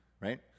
right